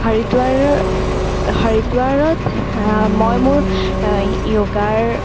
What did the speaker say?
হৰিদ্বোৱাৰৰ হৰিদ্বাৰত মই মোৰ যোগৰ